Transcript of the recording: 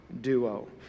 duo